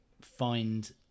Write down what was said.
find